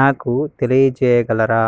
నాకు తెలియజేయగలరా